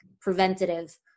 preventative